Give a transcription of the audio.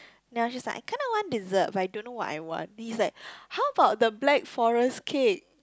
then I was just like I kinda want dessert but I don't know what I want he's like how about the black forest cake